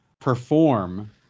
perform